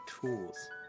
tools